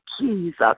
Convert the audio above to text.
Jesus